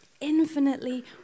infinitely